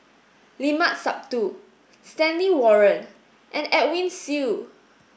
Limat Sabtu Stanley Warren and Edwin Siew